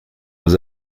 was